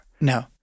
No